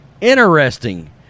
Interesting